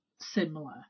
similar